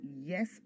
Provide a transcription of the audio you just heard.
Yes